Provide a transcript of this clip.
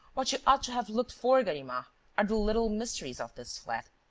what you ought to have looked for, ganimard, are the little mysteries of this flat.